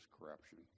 corruption